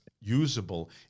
usable